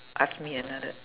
ask me another